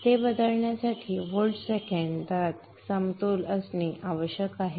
ते बदलण्यासाठी व्होल्ट सेकंदात असमतोल असणे आवश्यक आहे